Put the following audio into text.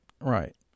Right